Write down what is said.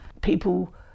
People